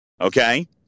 Okay